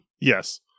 Yes